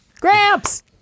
Gramps